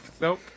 Nope